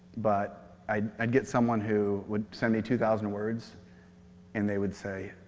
but i would get someone who would send me two thousand words and they would say,